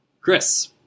Chris